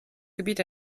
gebiet